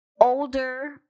Older